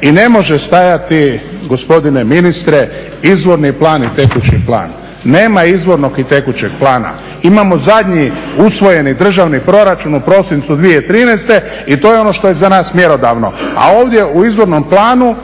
i ne može stajati gospodine ministre izvorni plani i tekući plan. Nema izvornog i tekućeg plana, imamo zadnji usvojeni državni proračun u prosincu 2013. i to je ono što je za nas mjerodavno. A ovdje u izvornom planu